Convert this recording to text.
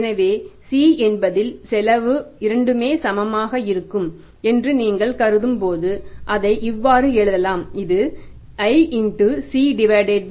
எனவே C என்பதில் செலவு இரண்டுமே சமமாக இருக்கும் என்று நீங்கள் கருதும் போது அதை இவ்வாறு எழுதலாம் இது i C 2